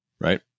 right